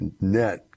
net